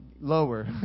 lower